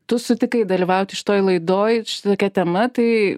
tu sutikai dalyvauti šitoj laidoj šitokia tema tai